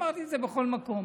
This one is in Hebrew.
אמרתי את זה בכל מקום.